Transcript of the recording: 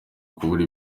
kubura